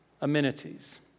amenities